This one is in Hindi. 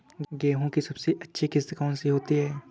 गेहूँ की सबसे अच्छी किश्त कौन सी होती है?